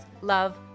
Love